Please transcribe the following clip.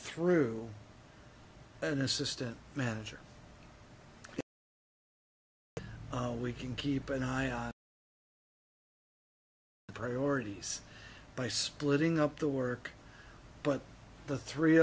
through an assistant manager we can keep an eye on the priorities by splitting up the work but the three